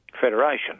federation